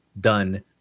done